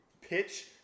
pitch